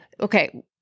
okay